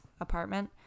apartment